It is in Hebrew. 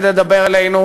ולדבר אלינו,